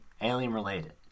alien-related